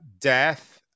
death